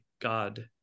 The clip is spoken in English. God